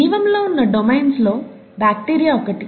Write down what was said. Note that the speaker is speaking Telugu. జీవంలో ఉన్న డొమైన్స్లో బాక్టీరియా ఒకటి